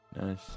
Nice